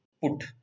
put